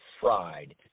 fried